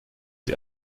sie